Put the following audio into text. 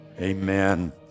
Amen